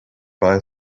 buy